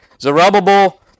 Zerubbabel